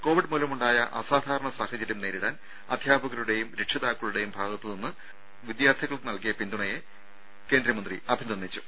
Covid മൂലമുണ്ടായ അസാധാരണ സാഹചര്യം നേരിടാൻ അധ്യാപകരുടേയും രക്ഷിതാക്കളുടേയും ഭാഗത്ത് നിന്ന് വിദ്യാർഥികൾക്ക് നൽകിയ പിന്തുണയേയും സഹായത്തേയും കേന്ദ്രമന്ത്രി അഭിനന്ദിച്ചു